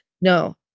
No